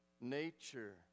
nature